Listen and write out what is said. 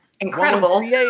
incredible